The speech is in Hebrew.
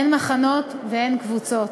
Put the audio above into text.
אין מחנות ואין קבוצות.